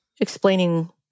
explaining